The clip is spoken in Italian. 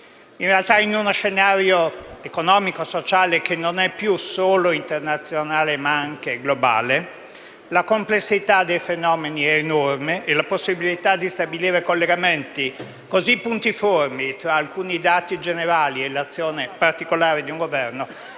In realtà, in uno scenario economico e sociale che non è più solo internazionale ma anche globale, la complessità dei fenomeni è enorme e la possibilità di stabilire collegamenti così puntiformi tra alcuni dati generali e l'azione particolare di un Governo